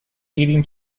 eating